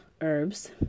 herbs